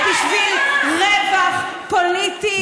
רק בשביל רווח פוליטי.